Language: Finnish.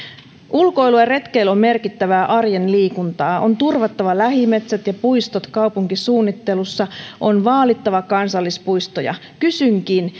ulkoilu ja retkeily on merkittävää arjen liikuntaa on turvattava lähimetsät ja puistot kaupunkisuunnittelussa on vaalittava kansallispuistoja kysynkin